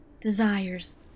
desires